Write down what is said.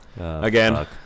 again